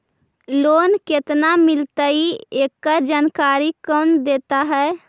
Loan केत्ना मिलतई एकड़ जानकारी कौन देता है?